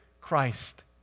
Christ